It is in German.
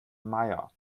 meier